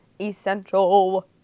essential